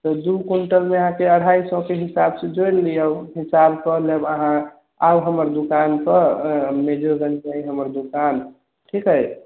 तऽ दू कुंटलमे अहाँकेँ अढ़ाइ सए के हिसाब से जोड़ि लिऔ हिसाब कऽ लेब अहाँ आउ हमर दुकान पर मेजरगञ्जमे अछि हमर दुकान ठीक हइ